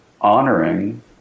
honoring